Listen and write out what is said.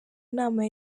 nama